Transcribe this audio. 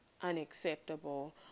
unacceptable